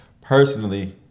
personally